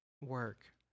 work